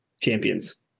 champions